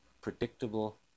predictable